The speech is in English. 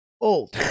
old